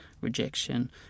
rejection